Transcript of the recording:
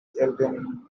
children